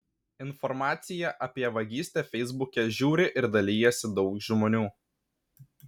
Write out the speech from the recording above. informaciją apie vagystę feisbuke žiūri ir dalijasi daug žmonių